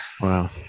wow